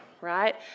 right